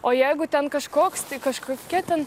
o jeigu ten kažkoks tai kažkokia ten